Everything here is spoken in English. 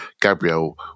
gabriel